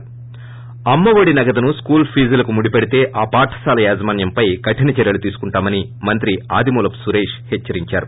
ి అమ్మ ఒడి నగదును స్కూల్ ఫీజులకు ముడిపెడితే ఆ పాఠశాల యాజమాన్యంపై కఠిన చర్కలు తీసుకుంటామని మంత్రి ఆదిమూలపు సురేష్ హెచ్చరించారు